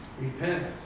Repent